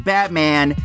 Batman